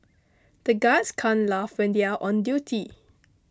the guards can't laugh when they are on duty